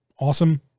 awesome